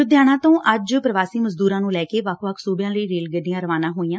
ਲੁਧਿਆਣਾ ਤੋਂ ਅੱਜ ਪ੍ਵਾਸੀ ਮਜ਼ਦੂਰਾਂ ਨੂੰ ਲੈ ਕੇ ਵੱਖ ਵੱਖ ਸੂਬਿਆਂ ਲਈ ਰੇਲ ਗੱਡੀਆਂ ਰਵਾਨਾ ਹੋਈਆਂ